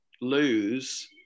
lose